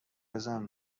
بزن